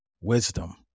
wisdom